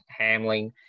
Hamling